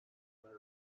went